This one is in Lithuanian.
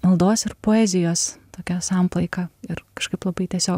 maldos ir poezijos tokia samplaika ir kažkaip labai tiesiog